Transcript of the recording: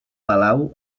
palau